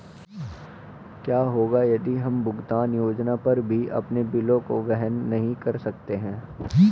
क्या होगा यदि हम भुगतान योजना पर भी अपने बिलों को वहन नहीं कर सकते हैं?